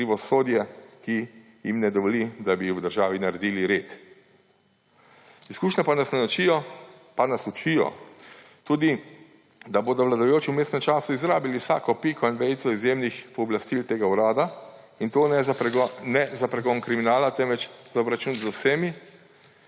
krivosodje, ki jim ne dovoli, da bi v državi naredili red. Izkušnje pa nas učijo tudi, da bodo vladajoči v vmesnem času izrabili vsako piko in vejico izjemnih pooblastil tega urada; in to ne za pregon kriminala, temveč za obračun z vsemi,